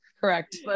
Correct